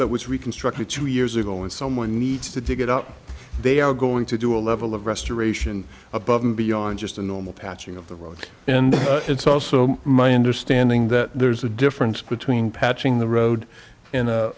that was reconstructed two years ago and someone needs to dig it up they are going to do a level of restoration above and beyond just the normal patching of the road and it's also my understanding that there's a difference between patching the road and